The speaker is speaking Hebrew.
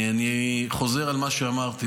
אני חוזר על מה שאמרתי.